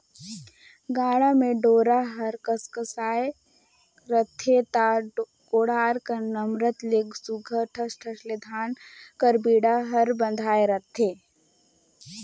गाड़ा म डोरा हर कसकसाए रहथे ता कोठार कर लमरत ले सुग्घर ठस ठस ले धान कर बीड़ा हर बंधाए रहथे